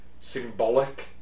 symbolic